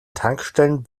tankstellen